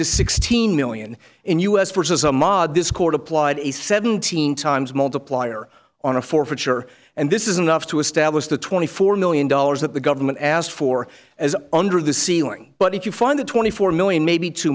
to sixteen million in us versus a mob this court applied a seventeen times multiplier on a forfeiture and this is enough to establish the twenty four million dollars that the government asked for as under the ceiling but if you find that twenty four million may be too